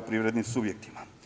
privrednim subjektima.